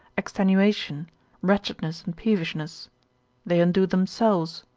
extenuation wretchedness and peevishness they undo themselves.